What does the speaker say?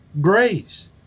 grace